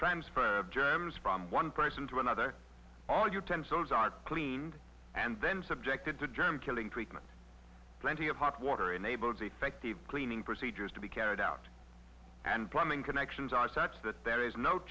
transfer of germs from one person to another all utensils are cleaned and then subjected to germ killing treatment plenty of hot water enables effective cleaning procedures to be carried out and planning connections are such that there is no